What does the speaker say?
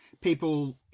people